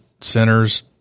centers